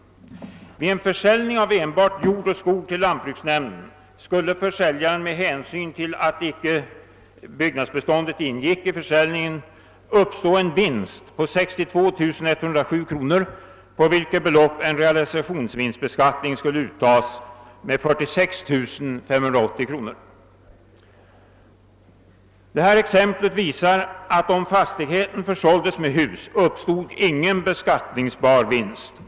Vid en försäljning av enbart jord och skog till lantbruksnämnden skulle för säljaren, med hänsyn till att byggnadsbeståndet icke ingick i försäljningen, uppstå en vinst på 62 107 kronor på vilket belopp en realisationsvinstskatt skulle uttas på 46 580 kronor. Exemplet visar att om fastigheten försåldes med hus, så uppstod ingen beskattningsbar vinst.